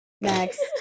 Next